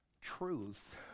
truth